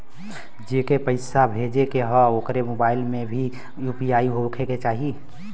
जेके पैसा भेजे के ह ओकरे मोबाइल मे भी यू.पी.आई होखे के चाही?